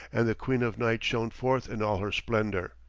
and the queen of night shone forth in all her splendour.